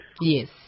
yes